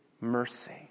mercy